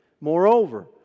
Moreover